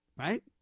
Right